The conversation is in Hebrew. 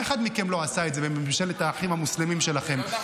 אף אחד מכם לא עשה את זה בממשלת האחים המוסלמים שלכם.